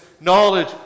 knowledge